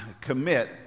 commit